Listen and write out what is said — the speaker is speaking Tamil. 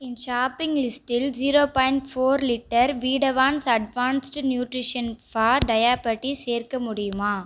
என் ஷாப்பிங் லிஸ்ட்டில் zero point four litre Vidavance advanced nutrition for diabetes சேர்க்க முடியுமா